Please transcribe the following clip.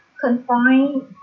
confine